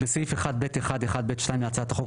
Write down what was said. בסעיף 1(ב1)(1)(ב)(2) להצעת החוק,